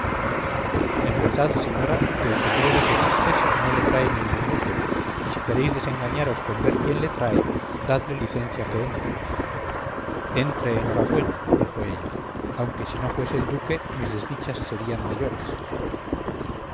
en verdad señora que el sombrero que vistes no le trae ningún duque y si queréis desengañaros con ver quién le trae dadle licencia que entre entre enhorabuena dijo ella aunque si no fuese el duque mis desdichas serían mayores